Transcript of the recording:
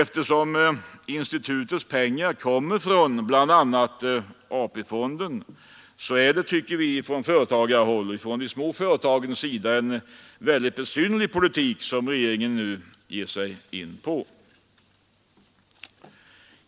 Eftersom institutets pengar kommer från bl.a. AP-fonden, är det, anser vi från småföretagarhåll, en besynnerlig politik som regeringen nu ger sig in på.